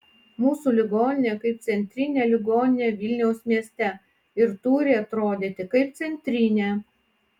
mūsų ligoninė kaip centrinė ligoninė vilniaus mieste ir turi atrodyti kaip centrinė